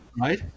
right